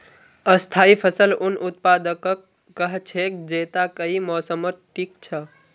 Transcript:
स्थाई फसल उन उत्पादकक कह छेक जैता कई मौसमत टिक छ